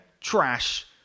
trash